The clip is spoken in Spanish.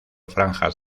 franjas